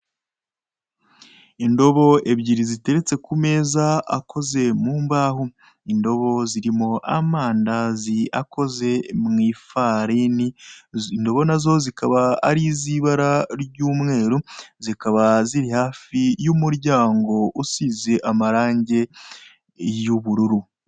Indobo ebyiri ziteretse ku meza akoze mu mbaho, indobo zirimo amandazi akoze mu ifarini, indobo nazo zikaba ari izibara ry'umweru, zikaba ziri hafi y'umuryango usize amaranga y'ubururu.